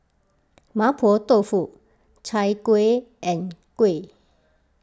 Mapo Tofu Chai Kueh and Kuih